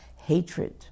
hatred